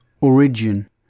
Origin